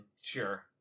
Sure